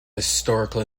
historical